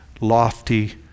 lofty